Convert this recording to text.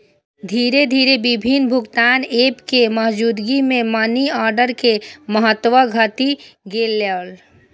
धीरे धीरे विभिन्न भुगतान एप के मौजूदगी मे मनीऑर्डर के महत्व घटि गेलै